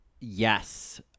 Yes